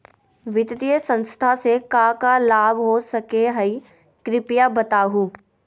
वित्तीय संस्था से का का लाभ हो सके हई कृपया बताहू?